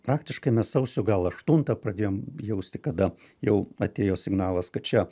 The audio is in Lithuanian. praktiškai mes sausio gal aštuntą pradėjom jausti kada jau atėjo signalas kad čia